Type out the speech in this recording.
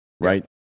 right